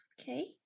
Okay